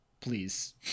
please